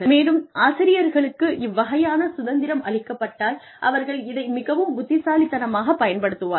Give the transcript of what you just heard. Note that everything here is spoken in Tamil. மேலும் ஆசிரியர்களுக்கு இவ்வகையான சுதந்திரம் அளிக்கப்பட்டால் அவர்கள் இதை மிகவும் புத்திசாலித்தனமாகப் பயன்படுத்துவார்கள்